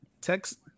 Text